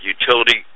utility